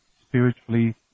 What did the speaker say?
spiritually